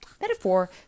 metaphor